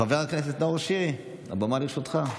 חבר הכנסת נאור שירי, הבמה לרשותך.